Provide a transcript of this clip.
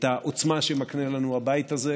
את העוצמה שמקנה לנו הבית הזה,